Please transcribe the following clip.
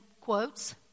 quotes